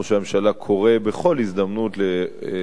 ראש הממשלה קורא בכל הזדמנות לנשיא